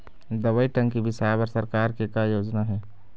दवई टंकी बिसाए बर सरकार के का योजना हे?